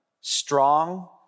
strong